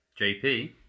jp